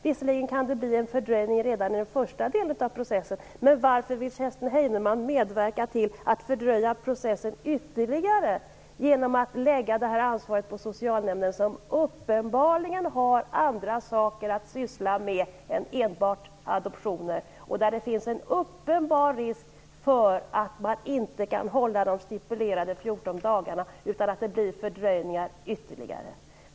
Visserligen kan det bli en fördröjning redan under den första delen av processen, men varför vill Kerstin Heinemann medverka till att fördröja processen ytterligare genom att lägga det här ansvaret på socialnämnden, som uppenbarligen har andra saker att syssla med än adoptioner? Där finns det en uppenbar risk för att man inte kan hålla den stipulerade tiden på 14 dagar utan att det blir ytterligare fördröjningar.